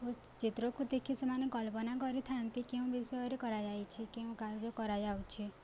ଓ ଚିତ୍ରକୁ ଦେଖି ସେମାନେ କଳ୍ପନା କରିଥାନ୍ତି କେଉଁ ବିଷୟରେ କରାଯାଇଛି କେଉଁ କାର୍ଯ୍ୟ କରାଯାଉଛି